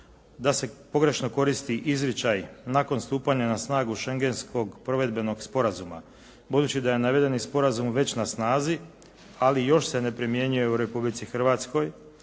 da se pogrešno koristi izričaj nakon stupanja na snagu Schengenskog provedbenog sporazuma. Budući da je navedeni sporazum već na snazi ali još se ne primjenjuje u Republici Hrvatskoj